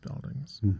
buildings